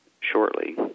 shortly